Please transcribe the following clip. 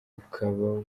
ukaba